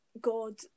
God